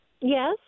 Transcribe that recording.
Yes